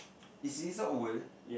is it not worth